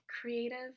creative